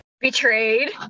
Betrayed